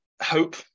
hope